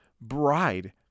bride